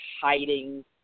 hiding